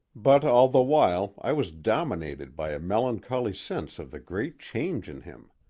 but all the while i was dominated by a melancholy sense of the great change in him.